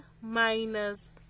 minus